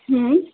हँ